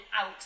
out